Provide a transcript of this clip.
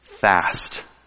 fast